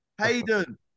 Hayden